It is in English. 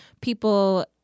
people